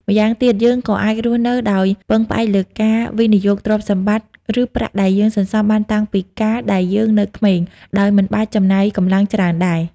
ម្យ៉ាងទៀត យើងក៏អាចរស់នៅដោយពឹងផ្អែកលើការវិនិយោគទ្រព្យសម្បត្តិឬប្រាក់ដែលយើងសន្សំបានតាំងពីកាលដែលយើងនៅក្មេង ដោយមិនបាច់ចំណាយកម្លាំងច្រើនដែរ។